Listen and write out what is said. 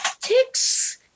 Ticks